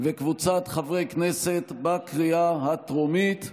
וקבוצת חברי הכנסת, בקריאה הטרומית.